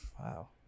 Wow